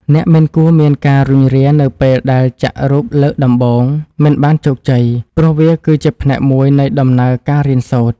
អ្នកមិនគួរមានការរុញរានៅពេលដែលចាក់រូបលើកដំបូងមិនបានជោគជ័យ ព្រោះវាគឺជាផ្នែកមួយនៃដំណើរការរៀនសូត្រ។